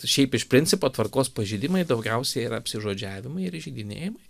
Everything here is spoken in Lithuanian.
šiaip iš principo tvarkos pažeidimai daugiausia yra apsižodžiavimai ir įžeidinėjimai